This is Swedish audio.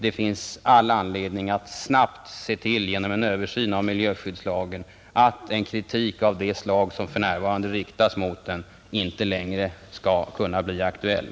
Det finns all anledning att snabbt se till, genom en översyn av miljöskyddslagen, att en kritik av det slag som för närvarande riktas mot den inte längre skall kunna bli aktuell,